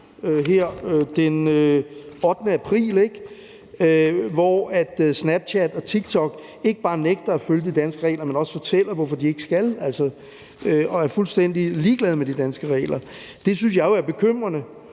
den 8. april, hvor Snapchat og TikTok ikke bare fortæller, at de nægter at følge de danske regler, men også fortæller, hvorfor de ikke skal, og er fuldstændig ligeglade med de danske regler. Det synes jeg er bekymrende,